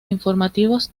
informativos